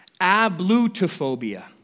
Ablutophobia